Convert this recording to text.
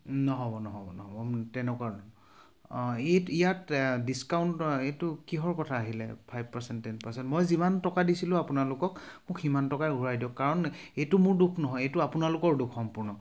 নহ'ব নহ'ব নহ'ব তেনেকুৱা ইয়াত ডিচকাউণ্ট এইটো কিহৰ কথা আহিলে ফাইভ পাৰ্চেণ্ট টেন পাৰ্চেণ্ট মই যিমান টকা দিছিলোঁ আপোনালোকক মোক সিমান টকাই ঘূৰাই দিয়ক কাৰণ এইটো মোৰ দুখ নহয় এইটো আপোনালোকৰ দুখ সম্পূৰ্ণ